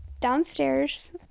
downstairs